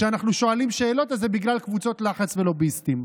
כשאנחנו שואלים שאלות אז זה בגלל קבוצות לחץ ולוביסטים.